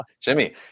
Jimmy